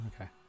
Okay